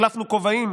החלפנו כובעים.